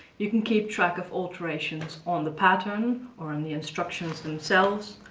you can keep track of alterations on the pattern or um the instructions themselves,